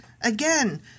again